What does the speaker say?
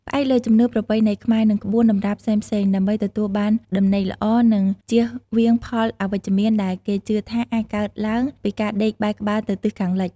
ផ្អែកលើជំនឿប្រពៃណីខ្មែរ និងក្បួនតម្រាផ្សេងៗ ដើម្បីទទួលបានដំណេកល្អ និងជៀសវាងផលអវិជ្ជមានដែលគេជឿថាអាចកើតឡើងពីការដេកបែរក្បាលទៅទិសខាងលិច។